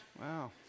Wow